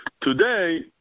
Today